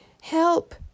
Help